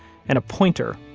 and a pointer,